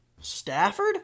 Stafford